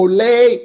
Olay